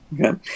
okay